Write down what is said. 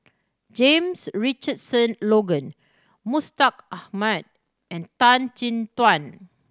James Richardson Logan Mustaq Ahmad and Tan Chin Tuan